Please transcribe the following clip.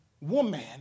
woman